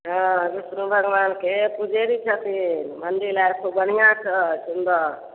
हँ बिष्णु भगवानके पुजेरी छथिन मन्दिल आर खुब बढ़िआँ छै सुन्दर